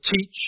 teach